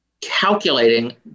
calculating